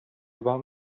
about